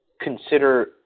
consider